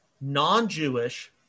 non-Jewish